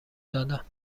دادند